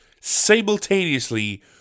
...simultaneously